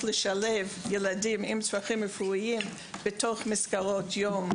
לשלב ילדים עם צרכים רפואיים בתוך מסגרות יום,